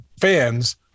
fans